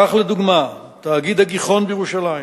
כך, לדוגמה, תאגיד "הגיחון" בירושלים